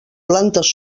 plantes